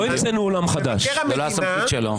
אין לו סמכות לחקירות פליליות.